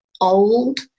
old